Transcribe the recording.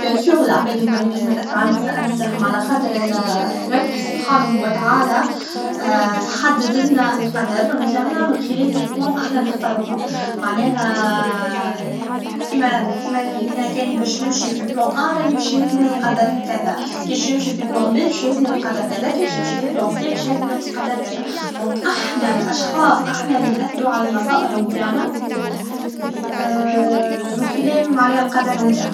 ت سير لعباد لي هما ينجمو ياثرو على المصائر نتاعهم على خاطر ربي سبحانه و تعالى حددلنا القدر نتاعنا من خلال دي يوان احنا لي نختاروهم معناها كما كما يلا كان نمشي في بلان ا راه باش يهزني القدر في كذا كيف باش نمشي فبي لبلان ب كيف نمشي في لبلان سي باش يهزني القدر في كذا دونك احنا الاشخاص لي ناثرو على المصائر تتاعنا من خلال معناها القدر